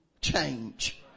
change